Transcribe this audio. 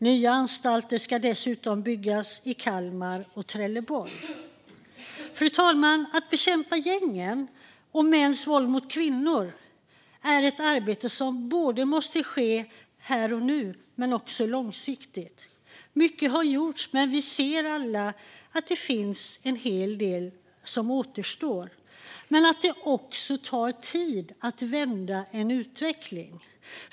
Nya anstalter ska dessutom byggas i Kalmar och Trelleborg. Fru talman! Att bekämpa gängen och mäns våld mot kvinnor är ett arbete som måste ske här och nu men också långsiktigt. Mycket har gjorts, men vi ser alla att det är en hel del som återstår och att det också tar tid att vända utvecklingen.